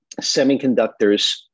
semiconductors